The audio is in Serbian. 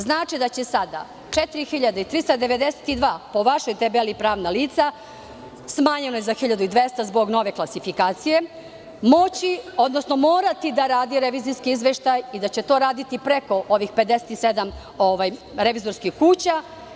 Znači da će sada 4.392 po vašoj tabeli pravna lica, smanjeno je za 1.200 zbog nove klasifikacije, moći, odnosno morati da radi revizijski izveštaj i da će to raditi preko ovih 57 revizorskih kuća.